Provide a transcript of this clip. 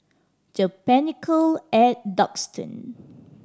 The Pinnacle at Duxton